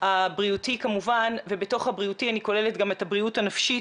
הבריאותי כמובן ובתוך הבריאותי אני כוללת גם את הבריאות הנפשית,